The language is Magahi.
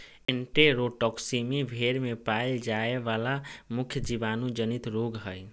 एन्टेरोटॉक्सीमी भेड़ में पाल जाय वला मुख्य जीवाणु जनित रोग हइ